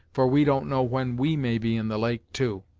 for we don't know when we may be in the lake, too.